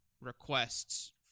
requests